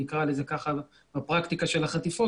נקרא לזה כך בפרקטיקה של החטיפות,